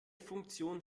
funktion